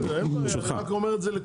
אין בעיה, אני רק אומר את זה לכולם.